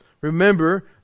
Remember